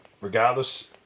regardless